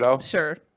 Sure